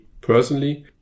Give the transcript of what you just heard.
personally